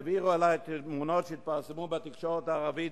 העבירו אלי תמונות שהתפרסמו בתקשורת הערבית,